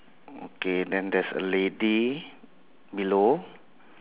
okay then there's a lady below